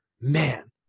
man